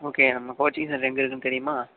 okay நம்ம coaching centre எங்கே இருக்குதுன்னு தெரியுமா